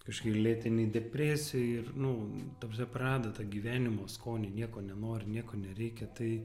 kažkokioj lėtinėj depresijoj ir nu ta prasme praradę tą gyvenimo skonį nieko nenori nieko nereikia tai